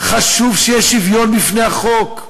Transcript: חשוב שיהיה שוויון בפני החוק.